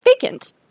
Vacant